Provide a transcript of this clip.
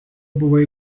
buvo